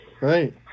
right